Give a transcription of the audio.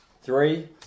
Three